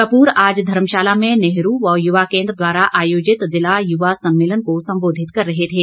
कपूर आज धर्मशाला में नेहरू व युवा केन्द्र द्वारा आयोजित जिला युवा सम्मेलन को सम्बोधित कर रहे थे